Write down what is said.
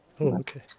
Okay